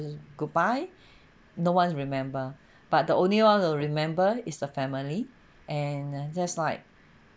goodbye no one remember but the only one will remember is the family and just like